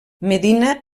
medina